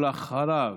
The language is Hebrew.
ואחריו,